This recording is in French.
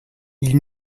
ils